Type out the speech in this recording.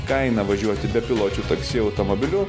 kaina važiuoti bepiločiu taksi automobiliu